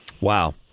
Wow